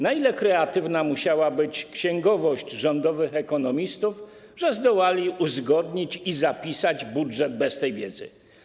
Na ile kreatywna musiała być księgowość rządowych ekonomistów, że zdołali uzgodnić i zapisać budżet bez tej wiedzy?